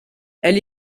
elle